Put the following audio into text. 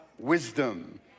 wisdom